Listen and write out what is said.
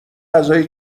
غذا